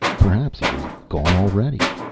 perhaps he was gone already?